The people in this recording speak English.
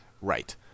Right